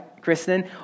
Kristen